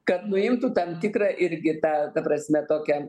kad nuimtų tam tikrą irgi tą ta prasme tokią